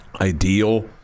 ideal